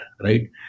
right